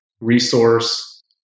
resource